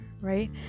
right